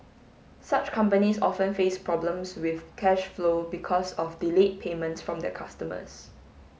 such companies often face problems with cash flow because of delayed payments from their customers